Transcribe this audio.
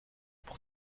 pour